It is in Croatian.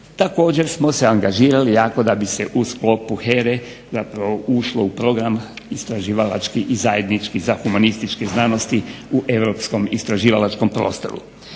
Također smo se angažirali jako da bi se u sklopu HERA-e zapravo ušlo u program istraživalački i zajednički za humanističke znanosti u europskom istraživalačkom prostoru.